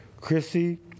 Chrissy